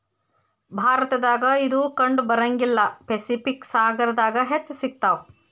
ಭಾರತದಾಗ ಇದು ಕಂಡಬರಂಗಿಲ್ಲಾ ಪೆಸಿಫಿಕ್ ಸಾಗರದಾಗ ಹೆಚ್ಚ ಸಿಗತಾವ